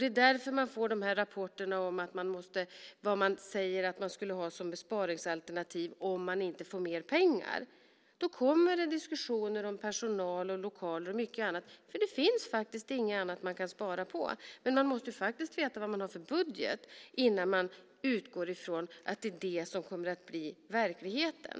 Det är därför man får de här rapporterna om vad man har som besparingsalternativ om man inte får mer pengar. Då kommer diskussioner om personal, lokaler och mycket annat. Det finns faktiskt inget annat som man kan spara på. Men man måste veta vad man har för budget innan man utgår från att det är vad som kommer att bli verkligheten.